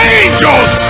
angels